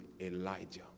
Elijah